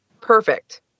Perfect